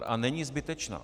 A není zbytečná.